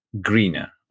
greener